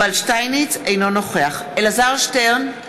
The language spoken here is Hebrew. אינו נוכח אלעזר שטרן,